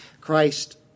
Christ